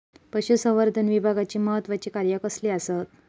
पशुसंवर्धन विभागाची महत्त्वाची कार्या कसली आसत?